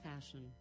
fashion